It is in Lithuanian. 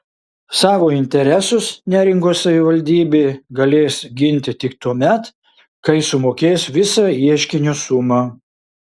savo interesus neringos savivaldybė galės ginti tik tuomet kai sumokės visą ieškinio sumą